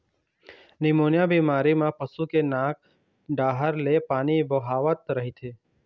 pneumonia बेमारी म पशु के नाक डाहर ले पानी बोहावत रहिथे